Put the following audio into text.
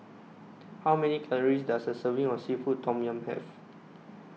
How Many Calories Does A Serving of Seafood Tom Yum Have